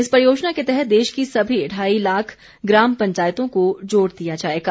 इस परियोजना के तहत देश की सभी ढाई लाख ग्राम पंचायतों को जोड़ दिया जाएगा